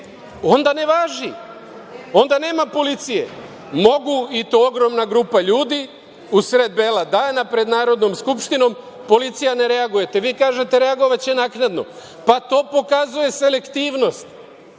onda ne važi, onda nema policije? Mogu, i to ogromna grupa ljudi, u sred bela dana pred Narodnom skupštinom, policija ne reaguje. Vi kažete – reagovaće naknadno. Pa to pokazuje selektivnost.